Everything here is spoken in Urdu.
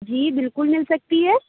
جی بالکل مل سکتی ہے